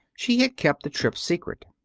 she had kept the trip secret.